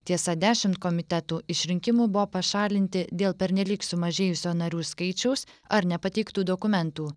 tiesa dešimt komitetų iš rinkimų buvo pašalinti dėl pernelyg sumažėjusio narių skaičiaus ar nepateiktų dokumentų